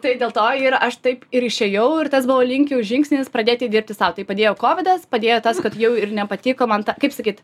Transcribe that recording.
tai dėl to ir aš taip ir išėjau ir tas buvo link jau žingsnis pradėti dirbti sau tai padėjo kovidas padėjo tas kad jau ir nepatiko man ta kaip sakyt